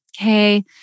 okay